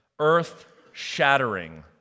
Earth-shattering